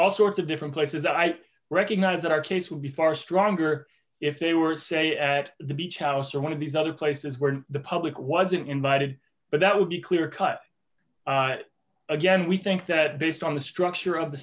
all sorts of different places i recognize that our case would be far stronger if they were say at the beach house or one of these other places where the public wasn't invited but that would be clear cut again we think that based on the structure of the